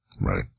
Right